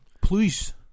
please